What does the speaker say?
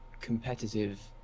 competitive